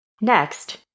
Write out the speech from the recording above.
Next